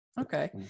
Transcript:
okay